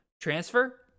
transfer